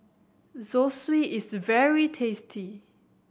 zosui is very tasty